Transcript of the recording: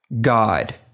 God